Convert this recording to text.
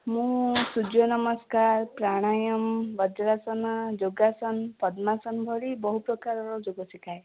ମୁଁ ସୂର୍ଯ୍ୟ ନମସ୍କାର ପ୍ରାଣାୟାମ ବଜ୍ରାଶନ ଯୋଗାସନ ପଦ୍ମାସନ ଭଳି ବହୁ ପ୍ରକାରର ଯୋଗ ଶିଖାଏ